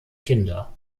kinder